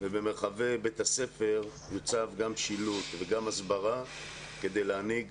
ובמרחבי בית הספר יוצב גם שילוט וגם הסברה כדי להנהיג